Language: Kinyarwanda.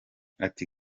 ati